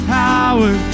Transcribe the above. power